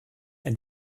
ein